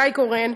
גיא קורן,